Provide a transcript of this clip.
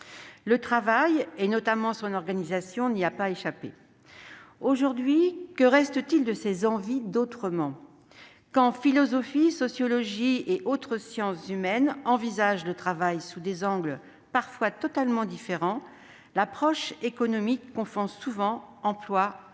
Le travail, notamment son organisation, n'y a pas échappé. Aujourd'hui, que reste-t-il de ces envies d'autrement ? Quand philosophie, sociologie et autres sciences humaines envisagent le travail sous des angles parfois totalement différents, l'approche économique confond souvent emploi et travail.